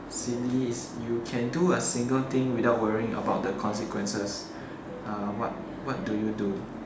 silly is you can do a single thing without worrying about the consequences uh what what do you do